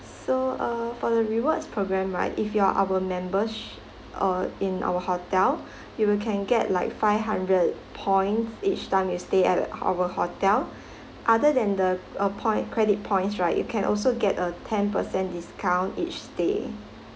so uh for the rewards program right if you are our members uh in our hotel you will can get like five hundred points each time you stay at our hotel other than the uh point credit points right you can also get a ten percent discount each stay